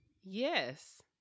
yes